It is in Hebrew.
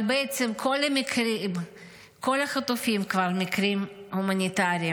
אבל בעצם כל החטופים הם כבר מקרים הומניטריים.